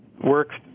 works